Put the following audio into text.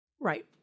Right